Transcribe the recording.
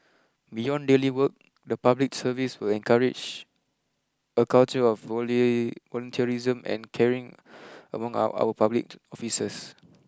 beyond daily work the public service will encourage a culture of volunteerism and caring among our our public officers